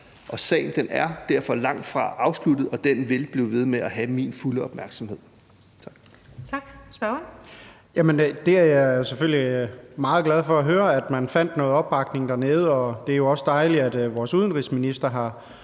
Sagen er derfor langtfra afsluttet, og den vil blive ved med at have min fulde opmærksomhed.